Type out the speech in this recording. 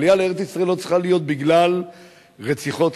עלייה לארץ-ישראל צריכה להיות בגלל שפה